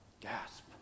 gasp